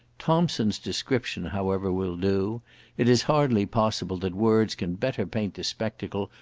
thomson's description, however, will do it is hardly possible that words can better paint the spectacle,